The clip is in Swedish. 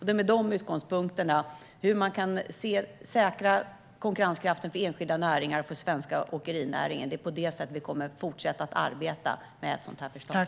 Med de utgångspunkterna - hur man kan säkra konkurrenskraften för enskilda näringar och för den svenska åkerinäringen - kommer vi att fortsätta att arbeta med ett sådant här förslag.